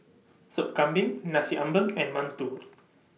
Sop Kambing Nasi Ambeng and mantou